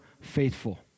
faithful